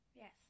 Yes